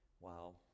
wow